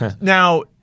Now